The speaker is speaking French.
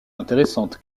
intéressante